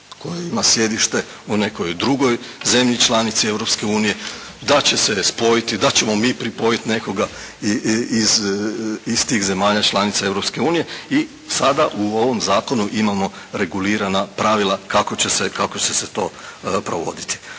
koje ima sjedište u nekoj drugoj zemlji članici Europske unije, da će se spojiti, da ćemo mi pripojiti nekoga iz tih zemalja članica Europske unije. I sada u ovom Zakonu imamo regulirana pravila kako će se to provoditi.